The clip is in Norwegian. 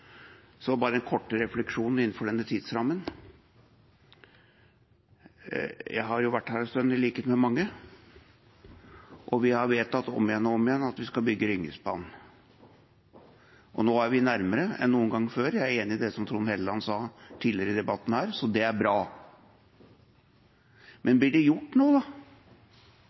Så bare en kort refleksjon innenfor denne tidsrammen: Jeg har jo vært her en stund, i likhet med mange, og vi har vedtatt om og om igjen at vi skal bygge Ringeriksbanen. Nå er vi nærmere enn noen gang før. Jeg er enig i det Trond Helleland sa tidligere i debatten her. Det er bra. Men blir det gjort noe, da?